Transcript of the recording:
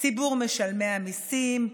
ציבור משלמי המיסים,